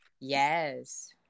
Yes